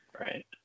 Right